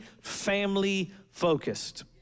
family-focused